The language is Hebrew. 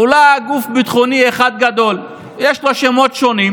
כולה גוף ביטחוני אחד גדול שיש לו שמות שונים,